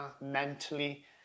mentally